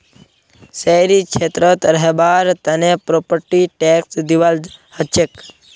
शहरी क्षेत्रत रहबार तने प्रॉपर्टी टैक्स दिबा हछेक